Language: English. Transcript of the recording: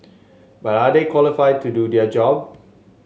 but are they qualified to do their job